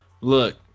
Look